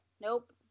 Nope